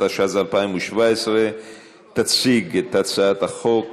התשע"ז 2017. תציג את הצעת החוק,